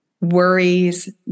worries